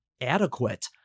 adequate